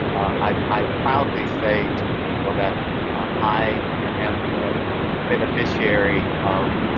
i proudly say to people that i am the beneficiary of